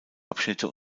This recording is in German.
abschnitte